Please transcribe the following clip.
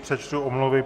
Přečtu omluvy.